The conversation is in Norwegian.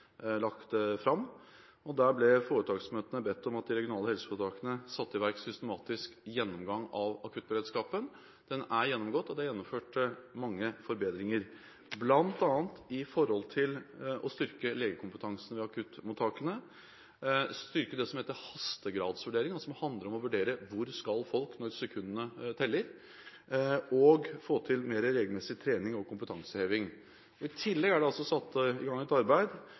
lagt fram. Der ble foretaksmøtene bedt om at de regionale helseforetakene satte i verk systematisk gjennomgang av akuttberedskapen. Den er gjennomgått, og det er gjennomført mange forbedringer, bl.a. når det gjelder å styrke legekompetansen ved akuttmottakene, styrke det som heter hastegradsvurdering – som handler om å vurdere hvor folk skal når sekundene teller – og å få til mer regelmessig trening og kompetanseheving. I tillegg er det altså satt i gang et arbeid